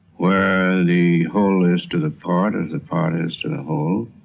the whole is to the part as the part is to the whole.